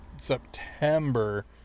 September